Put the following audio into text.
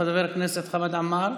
חבר הכנסת חמד עמאר,